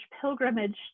pilgrimage